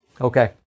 Okay